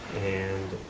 and